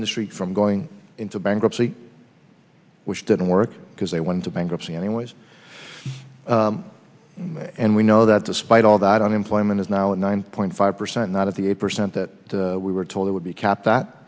industry from going into bankruptcy which didn't work because they went to bankruptcy anyways and we know that despite all that unemployment is now at nine point five percent not at the eight percent that we were told it would be kept that